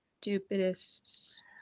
stupidest